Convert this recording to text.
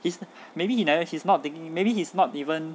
is maybe he never he's not thinking maybe he's not even